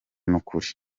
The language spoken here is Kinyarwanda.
n’ukuri